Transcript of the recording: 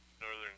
northern